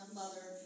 mother